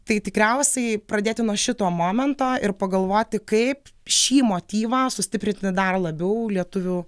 tai tikriausiai pradėti nuo šito momento ir pagalvoti kaip šį motyvą sustiprinti dar labiau lietuvių